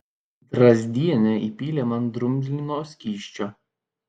drazdienė įpylė man drumzlino skysčio